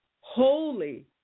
Holy